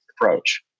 approach